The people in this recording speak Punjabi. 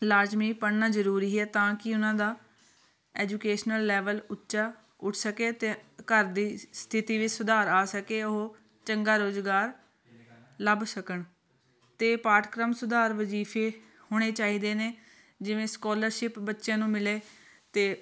ਲਾਜ਼ਮੀ ਪੜ੍ਹਨਾ ਜਰੂਰੀ ਹੈ ਤਾਂ ਕਿ ਉਹਨਾਂ ਦਾ ਐਜੂਕੇਸ਼ਨਲ ਲੈਵਲ ਉੱਚਾ ਉੱਠ ਸਕੇ ਅਤੇ ਘਰ ਦੀ ਸਥਿਤੀ ਵੀ ਸੁਧਾਰ ਆ ਸਕੇ ਉਹ ਚੰਗਾ ਰੁਜ਼ਗਾਰ ਲੱਭ ਸਕਣ ਅਤੇ ਪਾਠਕ੍ਰਮ ਸੁਧਾਰ ਵਜ਼ੀਫੇ ਹੋਣੇ ਚਾਹੀਦੇ ਨੇ ਜਿਵੇਂ ਸਕੋਲਰਸ਼ਿਪ ਬੱਚਿਆਂ ਨੂੰ ਮਿਲੇ ਅਤੇ